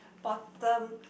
bottom